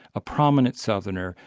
a prominent southerner,